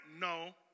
No